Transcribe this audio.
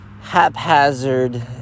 haphazard